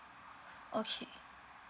okay